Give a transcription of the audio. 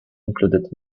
included